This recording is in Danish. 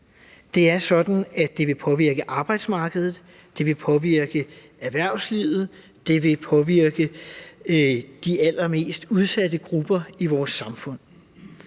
Det er sådan, at det vil påvirke arbejdsmarkedet, at det vil påvirke erhvervslivet, og at det vil påvirke de allermest udsatte grupper i vores samfund.